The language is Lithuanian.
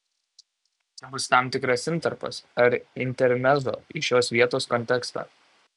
tai bus tam tikras intarpas ar intermezzo į šios vietos kontekstą